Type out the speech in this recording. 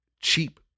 cheap